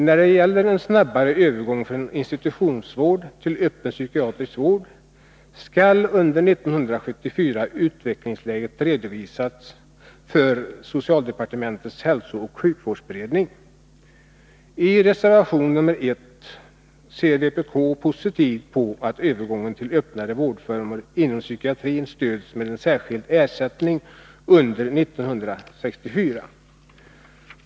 När det gäller en snabbare övergång från institutionsvård till öppen psykiatrisk vård skall under 1984 utvecklingsläget redovisas för socialdepartementets hälsooch sjukvårdsberedning. I reservation 1 ser vpk positivt på att övergången till öppnare vårdformer inom psykiatrin stöds med en särskild ersättning under 1984.